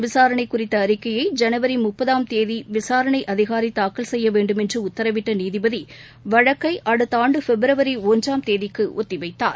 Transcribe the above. விசாரணை குறித்த அறிக்கையை ஜனவரி முப்பதாம் தேதி விசாரணை அதிகாரி தாக்கல் செய்யவேண்டும் என்று உத்தரவிட்ட நீதிபதி வழக்கை அடுத்த ஆண்டு பிப்ரவரி ஒன்றாம் தேதிக்கு ஒத்தி வைத்தார்